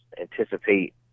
anticipate